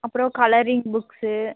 அப்புறம் colouring books